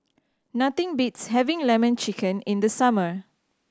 nothing beats having Lemon Chicken in the summer